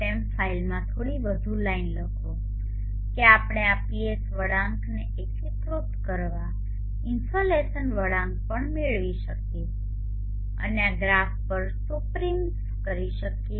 m ફાઈલમાં થોડી વધુ લાઇનો લખો કે આપણે આ PS વળાંકને એકીકૃત કરવા અને ઇનસોલેશન વળાંક પણ મેળવી શકીએ અને આ ગ્રાફ પર સુપરિમ્પઝ કરી શકીએ